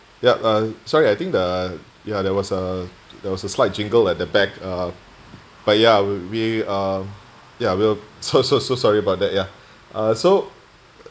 yup uh sorry I think the ya there was uh there was a slight jingle at the back uh but ya we um yeah we'll so so so sorry about that ya uh so